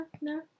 No